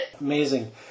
Amazing